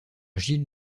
jill